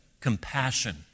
compassion